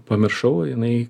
pamiršau jinai